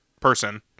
person